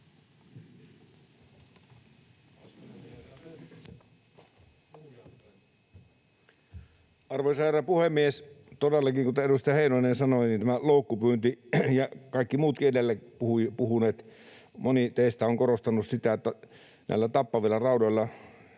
Arvoisa herra puhemies! Todellakin, kuten edustaja Heinonen sanoi tästä loukkupyynnistä ja kaikki muutkin edellä puhuneet, moni teistä, ovat korostaneet sitä, näillä tappavilla raudoilla